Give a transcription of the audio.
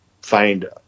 find